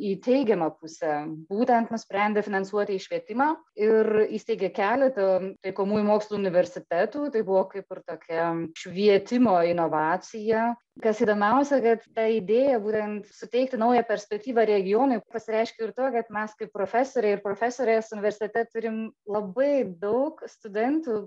į teigiamą pusę būtent nusprendė finansuoti švietimą ir įsteigė keletą taikomųjų mokslų universitetų tai buvo kaip ir tokia švietimo inovacija kas įdomiausia kad ta idėja būtent suteikti naują perspektyvą regionui pasireiškė ir tuo kad mes kaip profesoriai ir profesorės universitete turim labai daug studentų